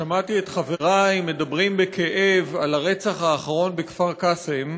כששמעתי את חברי מדברים בכאב על הרצח האחרון בכפר קאסם,